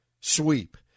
sweep